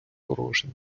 порожня